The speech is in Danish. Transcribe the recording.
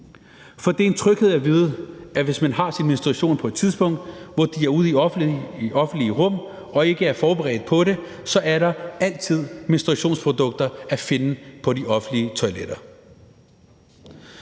for det er en tryghed at vide, at hvis man får sin menstruation på et tidspunkt, hvor man er ude i offentligt rum og ikke er forberedt på det, så er der altid menstruationsprodukter at finde på de offentlige toiletter.